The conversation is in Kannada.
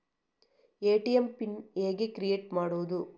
ಎ.ಟಿ.ಎಂ ಪಿನ್ ಹೇಗೆ ಕ್ರಿಯೇಟ್ ಮಾಡುವುದು?